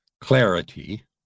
Clarity